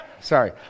sorry